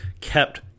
kept